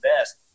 best